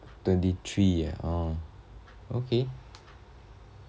twenty three ah orh okay